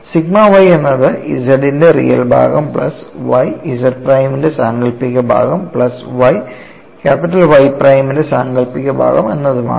sigma y എന്നത് Z ൻറെ real ഭാഗം പ്ലസ് y Z പ്രൈമിന്റെ സാങ്കൽപ്പിക ഭാഗം പ്ലസ് y Y പ്രൈമിന്റെ സാങ്കല്പിക ഭാഗം എന്നതാണ്